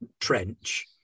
trench